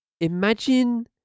imagine